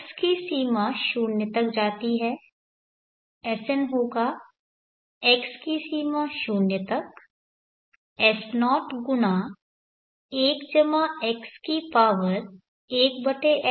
x की सीमा शून्य तक जाती है Sn होगा x की सीमा 0 तक S0×1x1xi×n x→0S01x1xi×n